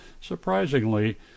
surprisingly